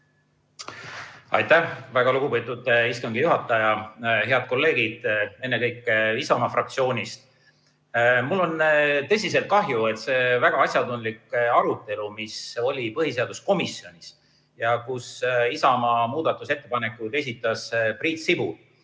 Aitäh, väga lugupeetud istungi juhataja! Head kolleegid, ennekõike Isamaa fraktsioonist! Mul on tõsiselt kahju. See oli väga asjatundlik arutelu, mis oli põhiseaduskomisjonis. Isamaa muudatusettepanekuid esitas Priit Sibul